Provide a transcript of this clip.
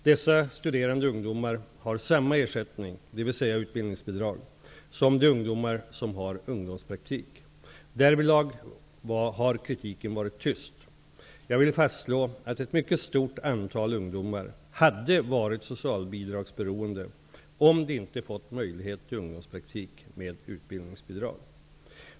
Dessa studerande ungdomar har samma ersättning, dvs. utbildningsbidrag, som de ungdomar som har ungdomspraktik. Därvidlag har kritiken varit tyst. Jag vill fastslå att ett mycket stort antal ungdomar hade varit socialbidragsberoende om de inte hade fått möjlighet till ungdomspraktik med utbildningsbidrag.